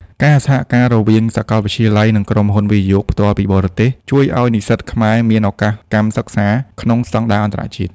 ការសហការរវាងសាកលវិទ្យាល័យ និងក្រុមហ៊ុន វិនិយោគផ្ទាល់ពីបរទេស ជួយឱ្យនិស្សិតខ្មែរមានឱកាសកម្មសិក្សាក្នុងស្ដង់ដារអន្តរជាតិ។